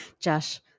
Josh